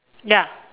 ya